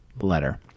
letter